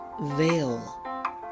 Veil